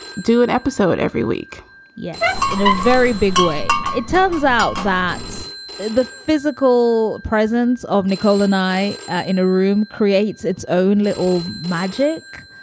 do an episode every week yes, in a very big way. it turns out that's the physical presence of nicole and i ah in a room creates its own little magic.